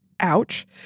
ouch